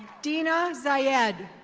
deena zayed.